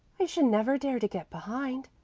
i should never dare to get behind.